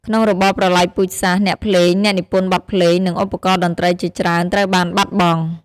ក្នុងរបបប្រល័យពូជសាសន៍ អ្នកភ្លេង អ្នកនិពន្ធបទភ្លេង និងឧបករណ៍តន្ត្រីជាច្រើនត្រូវបានបាត់បង់។